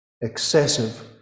excessive